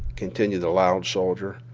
continued the loud soldier.